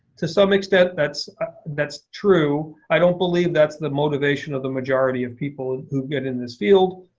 to some extent, that's that's true. i don't believe that's the motivation of the majority of people who get in this field.